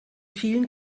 vielen